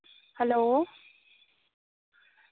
hello